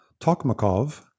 Tokmakov